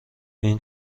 این